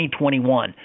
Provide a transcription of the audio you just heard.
2021